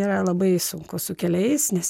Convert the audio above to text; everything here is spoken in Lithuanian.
yra labai sunku su keliais nes